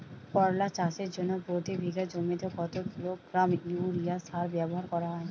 করলা চাষের জন্য প্রতি বিঘা জমিতে কত কিলোগ্রাম ইউরিয়া সার ব্যবহার করা হয়?